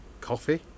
coffee